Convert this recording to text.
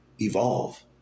evolve